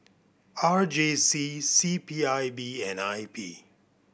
R J C C P I B and I P